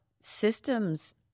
systems